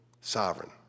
sovereign